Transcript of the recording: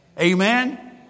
Amen